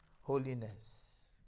holiness